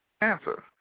Answer